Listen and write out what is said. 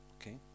Okay